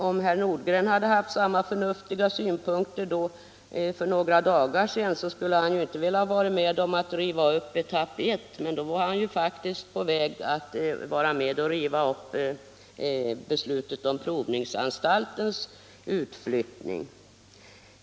Om herr Nordgren hade haft samma förnuftiga synpunkter för några dagar sedan, skulle han inte ha velat vara med om att riva upp beslutet om etapp 1. Men då var han faktiskt på väg att riva upp beslutet om provningsanstaltens utflyttning.